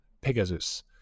Pegasus